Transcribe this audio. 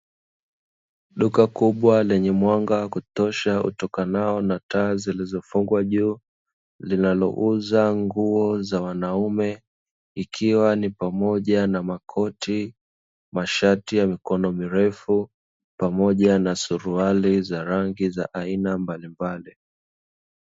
Duka kubwa lenye mwanga wa kutosha utoanao na taa zilizofungwa juu, linalouza nguo za wanaume. Ikiwa ni pamoja na makoti, mashati ya mikono mirefu pamoja na suruali za rangi za aina mbali mbali.